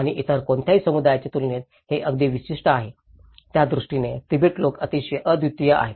आणि इतर कोणत्याही समुदायांच्या तुलनेत हे अगदी विशिष्ट आहे त्यादृष्टीने तिबेटी लोक अतिशय अद्वितीय आहेत